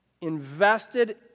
invested